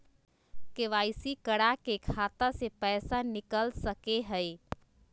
KYC करा के खाता से पैसा निकल सके हय?